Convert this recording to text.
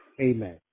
Amen